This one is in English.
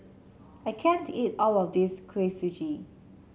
I can't eat all of this Kuih Suji